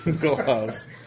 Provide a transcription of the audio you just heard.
gloves